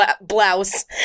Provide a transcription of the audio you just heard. blouse